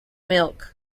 milk